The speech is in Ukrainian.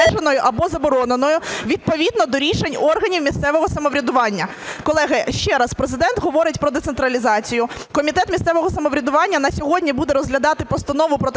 Дякую,